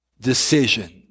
decision